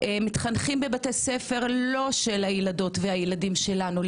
מתחנכים בבתי ספר לא של הילדות והילדים שלנו,